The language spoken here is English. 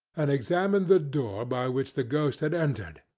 and examined the door by which the ghost had entered.